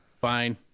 Fine